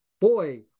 boy